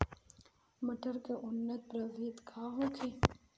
मटर के उन्नत प्रभेद का होखे?